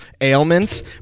ailments